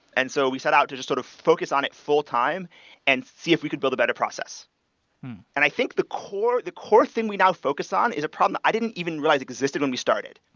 and so we set out is to sort of focus on it full-time and see if we could build a better process and i think the core the core thing we now focus on is a problem i didn't even realized existed when we started,